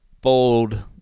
bold